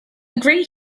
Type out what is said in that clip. great